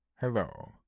Hello